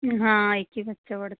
हाँ एक चीज़ अच्छा बढ़ता है